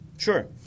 Sure